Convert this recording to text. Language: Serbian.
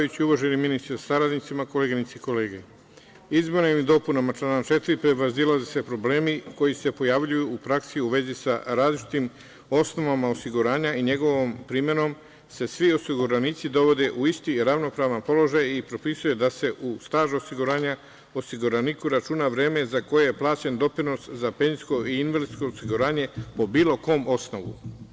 Uvaženi ministre sa saradnicima, koleginice i kolege, izmenama i dopunama člana 4. prevazilaze se problemi koji se pojavljuju u praksi u vezi sa različitim osnovama osiguranja i njegovom primenom se svi osiguranici dovode u isti ravnopravan položaj i propisuje da se u staž osiguranja osiguraniku računa vreme za koje je plaćen doprinos za penzijsko i invalidsko osiguranje po bilo kom osnovu.